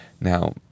Now